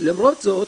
למרות זאת,